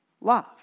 love